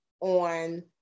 on